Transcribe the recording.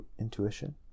intuition